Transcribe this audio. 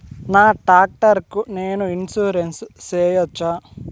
నా టాక్టర్ కు నేను ఇన్సూరెన్సు సేయొచ్చా?